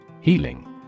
Healing